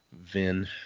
Vin